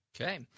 Okay